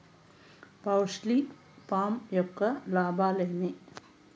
poultry farm యొక్క లాభాలు ఏమి